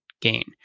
gain